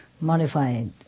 modified